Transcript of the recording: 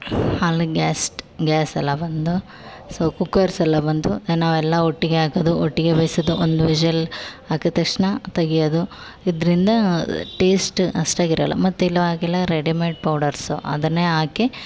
ಅಲ್ ಗ್ಯಾಸ್ಟ್ ಗ್ಯಾಸ್ ಎಲ್ಲ ಬಂದು ಸೋ ಕುಕ್ಕರ್ಸ್ ಎಲ್ಲ ಬಂದು ನಾವೆಲ್ಲ ಒಟ್ಟಿಗೆ ಹಾಕೋದು ಒಟ್ಟಿಗೆ ಬೆಯಿಸೋದು ಒಂದು ವಿಷಲ್ ಹಾಕಿದ ತಕ್ಷಣ ತೆಗಿಯೋದು ಇದರಿಂದ ಟೇಸ್ಟ್ ಅಷ್ಟಾಗಿ ಇರೋಲ್ಲ ಮತ್ತು ಇವಾಗೆಲ್ಲ ರೆಡಿಮೇಡ್ ಪೌಡರ್ಸು ಅದನ್ನೇ ಹಾಕಿ